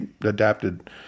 adapted